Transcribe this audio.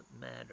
matter